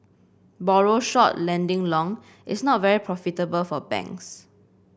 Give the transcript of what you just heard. borrow short lending long is not very profitable for banks